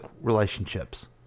relationships